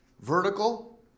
Vertical